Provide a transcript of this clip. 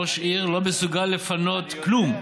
ראש עיר לא מסוגל לפנות כלום.